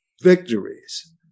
victories